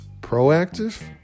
proactive